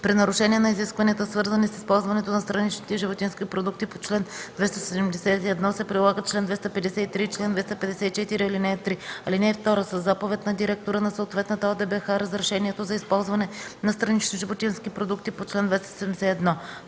При нарушение на изискванията, свързани с използването на страничните животински продукти по чл. 271, се прилагат чл. 253 и чл. 254, ал. 3. (2) Със заповед на директора на съответната ОДБХ разрешението за използване на странични животински продукти по чл. 271: